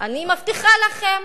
אני מבטיחה לכם: